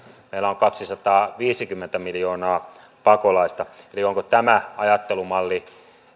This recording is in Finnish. meillä on kaksisataaviisikymmentä miljoonaa pakolaista eli onko tämä ajattelumalli